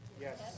Yes